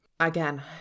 Again